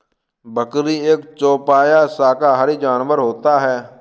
बकरी एक चौपाया शाकाहारी जानवर होता है